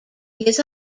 his